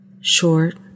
short